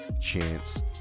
chance